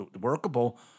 workable